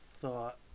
thought